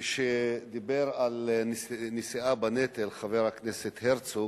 כשדיבר על נשיאה בנטל חבר הכנסת הרצוג,